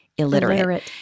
illiterate